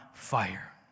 fire